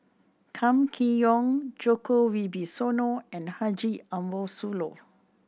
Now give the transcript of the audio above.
Kam Kee Yong Djoko Wibisono and Haji Ambo Sooloh